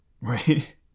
Right